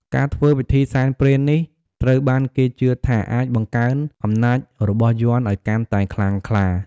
ការធ្វើពិធីសែនព្រេននេះ ត្រូវបានគេជឿថាអាចបង្កើនអំណាចរបស់យ័ន្តឱ្យកាន់តែខ្លាំងក្លា។